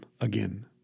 again